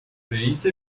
رییس